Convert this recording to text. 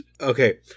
Okay